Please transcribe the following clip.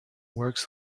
works